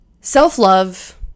Self-love